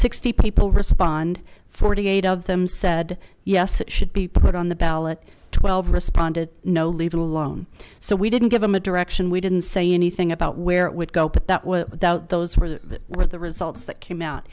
sixty people respond forty eight of them said yes it should be put on the ballot twelve responded no leave it alone so we didn't give him a direction we didn't say anything about where it would go but that without those were the results that came out